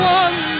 one